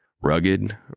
Rugged